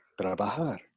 trabajar